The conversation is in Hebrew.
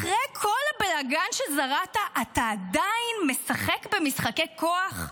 אחרי כל הבלגן שזרעת, אתה משחק במשחקי כוח?